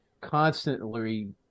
constantly